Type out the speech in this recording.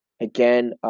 again